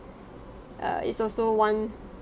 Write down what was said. err is also one